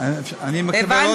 מקבל עוד?